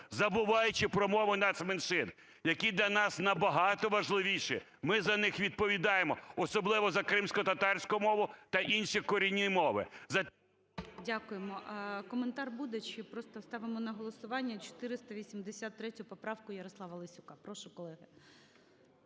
забуваючи про мови нацменшин, які для нас на багато важливіші, ми за них відповідаємо, особливо за кримськотатарську мову та інші корінні мови.